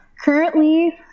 Currently